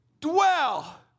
dwell